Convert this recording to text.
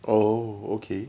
oh okay